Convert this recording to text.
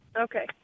Okay